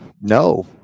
No